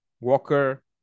Walker